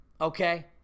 okay